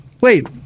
Wait